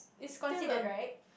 it's considered right